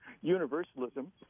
universalism